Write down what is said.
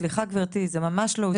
סליחה, גברתי, זה ממש לא הוצג כך.